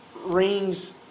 rings